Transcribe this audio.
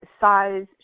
size